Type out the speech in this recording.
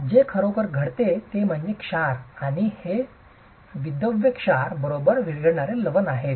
तर जे खरोखर घडते ते म्हणजे क्षार आणि हे विद्रव्य क्षार बरोबर विरघळणारे लवण आहेत